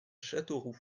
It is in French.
châteauroux